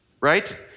right